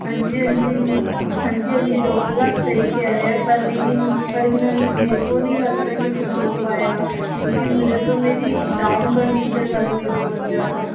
हाँ जी हाँ जी हाँ जी हाँ जी डॉक्टर आप सही कह रहे हैं पर लेकिन पर लेकिन मैम मेरे को नहीं लगता कि कुछ हो पाएगा क्योंकि मुझे तो मेरी डाउन कंडीशन लग रही है बहुत ज़्यादा